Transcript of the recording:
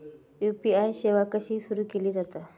UPI सेवा कशी सुरू केली जाता?